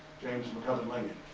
james mccubbin lingan.